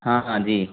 हाँ हाँ जी